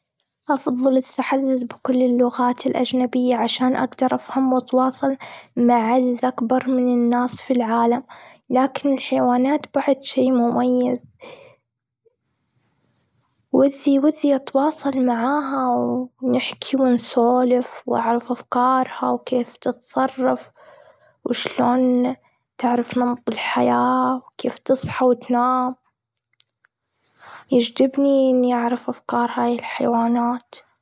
أفضل التحدث بكل اللغات الأجنبية، عشان أقدر أفهم واتواصل مع عدد أكبر من الناس في العالم. لكن الحيوانات بعد شي مميز وذي وذي أتواصل معاها، ونحكي، ونسولف، واعرف أفكارها، وكيف تتصرف، وشلون تعرف نمط الحياة، وكيف تصحى وتنام. يجذبني إني أعرف أفكار هاي الحيوانات.